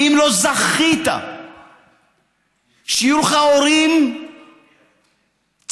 ואם לא זכית שיהיו לך הורים צעירים